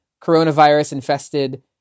coronavirus-infested